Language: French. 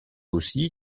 aussi